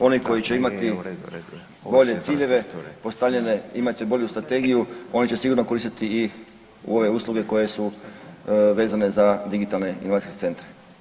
Oni koji će imati … [[Govornik se ne razumije]] ciljeve postavljene imat će bolju strategiju, oni će sigurno koristiti i ove usluge koje su vezane za digitalne inovacijske centre.